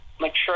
mature